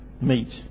meet